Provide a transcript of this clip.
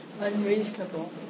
Unreasonable